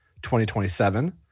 2027